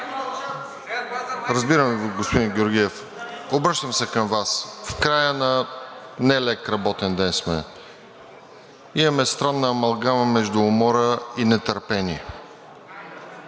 Разбирам Ви, господин Георгиев, обръщам се към Вас. В края на нелек работен ден сме, имаме странна амалгама между умора и нетърпение.